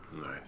nice